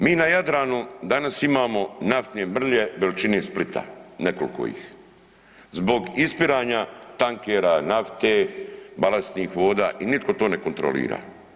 Mi na Jadranu danas imamo naftne mrlje veličine Splita, nekolko ih, zbog ispiranja tankera, nafte, balasnih voda i nitko to ne kontrolira.